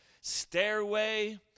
stairway